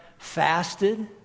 Fasted